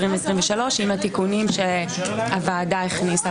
2023. עם התיקונים שהוועדה הכניסה בהם בנוסף.